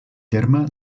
terme